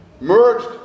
merged